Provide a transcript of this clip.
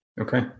okay